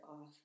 off